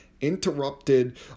interrupted